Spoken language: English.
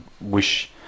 wish